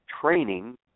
training